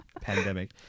pandemic